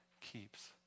keeps